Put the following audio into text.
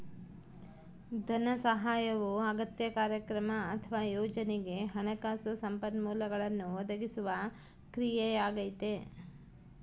ಧನಸಹಾಯವು ಅಗತ್ಯ ಕಾರ್ಯಕ್ರಮ ಅಥವಾ ಯೋಜನೆಗೆ ಹಣಕಾಸು ಸಂಪನ್ಮೂಲಗಳನ್ನು ಒದಗಿಸುವ ಕ್ರಿಯೆಯಾಗೈತೆ